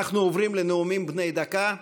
אנחנו עוברים לנאומים בני דקה.